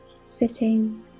sitting